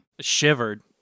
Shivered